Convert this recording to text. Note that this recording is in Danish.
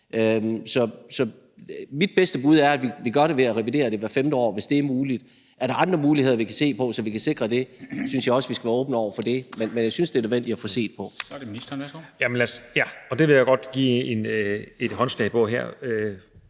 Så mit bedste bud er, at vi gør det ved at revidere den hvert 5. år, hvis det er muligt. Hvis der er andre muligheder, vi kan se på, så vi kan sikre det, synes jeg også, vi skal være åbne over for det. Men jeg synes det er nødvendigt at få set på. Kl. 21:30 Formanden (Henrik Dam Kristensen): Så er det ministeren.